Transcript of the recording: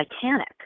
Titanic